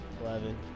Eleven